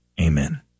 Amen